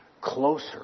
closer